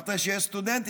אמרת שיש סטודנטים,